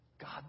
God